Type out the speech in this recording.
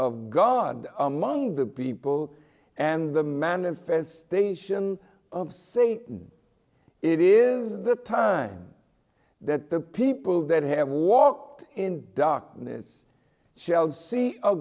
of god among the people and the manifestation of satan it is the time that the people that have walked in darkness shall see